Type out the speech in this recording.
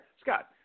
Scott